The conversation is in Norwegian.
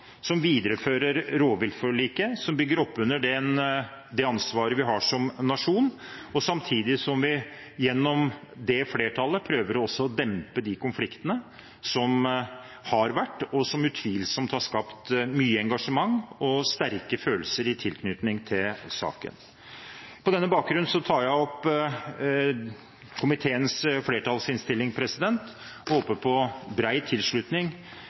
som viderefører rovviltforliket, som bygger opp under det ansvaret vi har som nasjon, samtidig som vi gjennom det flertallet også prøver å dempe de konfliktene som har vært, og som utvilsomt har skapt mye engasjement og sterke følelser i tilknytning til saken. På denne bakgrunn anbefaler jeg komiteens flertallsinnstilling. Jeg håper på en bred tilslutning til denne innstillingen og